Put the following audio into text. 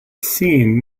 seen